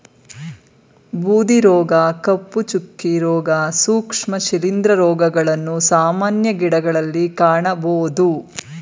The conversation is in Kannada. ಬೂದಿ ರೋಗ, ಕಪ್ಪು ಚುಕ್ಕೆ, ರೋಗ, ಸೂಕ್ಷ್ಮ ಶಿಲಿಂದ್ರ ರೋಗಗಳನ್ನು ಸಾಮಾನ್ಯ ಗಿಡಗಳಲ್ಲಿ ಕಾಣಬೋದು